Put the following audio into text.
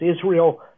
Israel